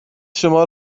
شما